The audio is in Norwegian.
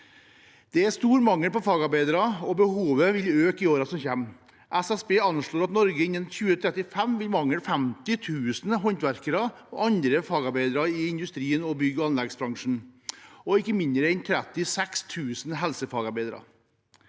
Det er stor mangel på fagarbeidere, og behovet vil øke i årene som kommer. SSB anslår at Norge innen 2035 vil mangle 50 000 håndverkere og andre fagarbeidere i industrien og bygg- og anleggsbransjen og ikke mindre enn 36 000 helsefagarbeidere.